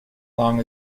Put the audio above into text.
long